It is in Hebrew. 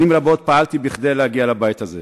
שנים רבות פעלתי כדי להגיע לבית הזה,